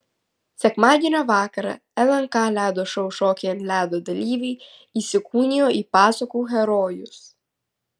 sekmadienio vakarą lnk ledo šou šokiai ant ledo dalyviai įsikūnijo į pasakų herojus